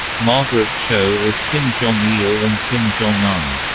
margaret cho as kim jong il and kim jong un.